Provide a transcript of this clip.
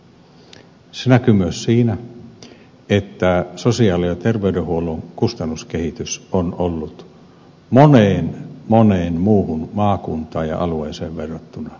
se näkyy myös siinä että sosiaali ja terveydenhuollon kustannuskehitys on ollut moneen moneen muuhun maakuntaan ja alueeseen verrattuna suotuisa